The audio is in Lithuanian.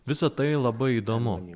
visa tai labai įdomu